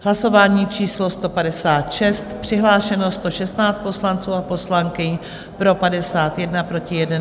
Hlasování číslo 156, přihlášeno 116 poslanců a poslankyň, pro 51, proti 1.